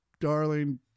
darling